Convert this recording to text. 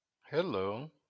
Hello